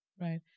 Right